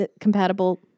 compatible